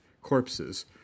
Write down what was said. corpses